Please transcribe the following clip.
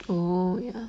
orh ya